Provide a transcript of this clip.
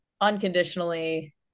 unconditionally